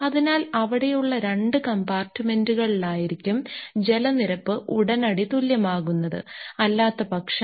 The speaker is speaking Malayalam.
അതിനാൽ അവിടെയുള്ള രണ്ട് കമ്പാർട്ടുമെന്റുകളായിരിക്കും ജലനിരപ്പ് ഉടനടി തുല്യമാകുന്നത് അല്ലാത്തപക്ഷം